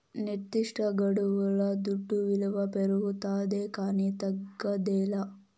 నిర్దిష్టగడువుల దుడ్డు విలువ పెరగతాదే కానీ తగ్గదేలా